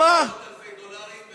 להם מאות אלפי דולרים,